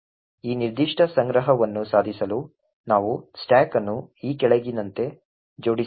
ಈ ನಿರ್ದಿಷ್ಟ ಸಂಗ್ರಹ ವನ್ನು ಸಾಧಿಸಲು ನಾವು ಸ್ಟಾಕ್ ಅನ್ನು ಈ ಕೆಳಗಿನಂತೆ ಜೋಡಿಸುತ್ತೇವೆ